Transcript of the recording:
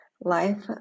Life